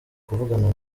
kuvugana